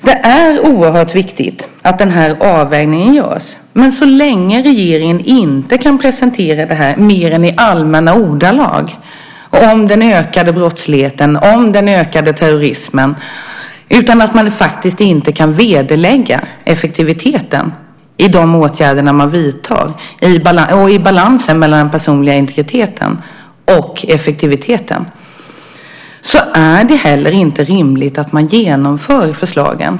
Det är oerhört viktigt att den här avvägningen görs, men så länge regeringen inte kan presentera det mer än i allmänna ordalag, om den ökade brottsligheten och den ökade terrorismen, och inte kan vederlägga effektiviteten i de åtgärder man vidtar och balansen mellan den personliga integriteten och effektiviteten är det heller inte rimligt att man genomför förslagen.